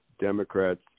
Democrats